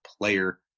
player